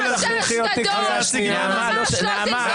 חשש גדול, ממש לא זלזול.